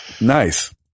Nice